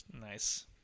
Nice